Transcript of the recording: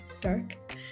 dark